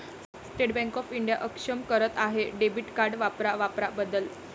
state bank of India अक्षम करत आहे डेबिट कार्ड वापरा वापर बदल